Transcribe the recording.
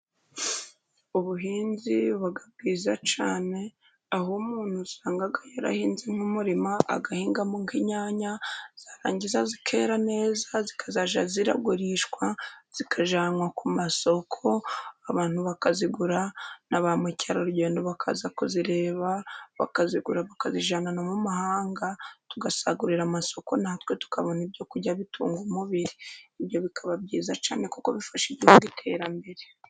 Ubuhinzi buba bwiza cyane, aho umuntu usanga yarahinze nk'umurima agahingamo nk'inyanya zarangiza zikera neza, zikazajya zigurishwa zikajyanwa ku masoko abantu bakazigura, na ba mukerarugendo bakaza kuzireba bakazigura bakazijyana mu mahanga, tugasagurira amasoko natwe tukabona ibyo kurya bitunga umubiri, ibyo bikaba byiza cyane kuko bifasha igihugu iterambere.